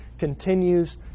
continues